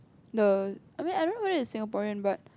the I mean I don't know the Singaporean but